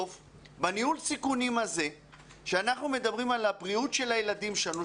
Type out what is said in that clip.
בניהול הסיכונים הזה שאנחנו מדברים על הבריאות של הילדים שלנו,